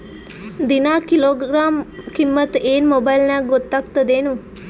ದಿನಾ ಕಿಲೋಗ್ರಾಂ ಕಿಮ್ಮತ್ ಏನ್ ಮೊಬೈಲ್ ನ್ಯಾಗ ಗೊತ್ತಾಗತ್ತದೇನು?